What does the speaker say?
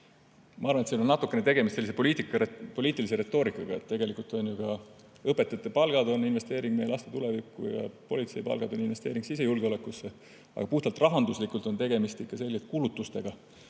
ma arvan, et siin on natukene tegemist sellise poliitilise retoorikaga. Tegelikult ju ka õpetajate palgad on investeering meie laste tulevikku ja politseinike palgad on investeering sisejulgeolekusse. Aga puhtalt rahanduslikult on tegemist ikkagi selgelt kulutustega,